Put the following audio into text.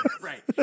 Right